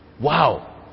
Wow